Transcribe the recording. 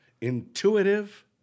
Intuitive